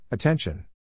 Attention